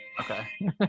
okay